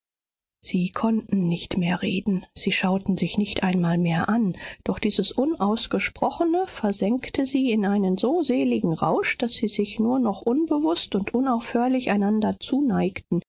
sie konnten nicht mehr reden sie schauten sich nicht einmal mehr an doch dieses unausgesprochene versenkte sie in einen so seligen rausch daß sie sich nur noch unbewußt und unaufhörlich einander zuneigten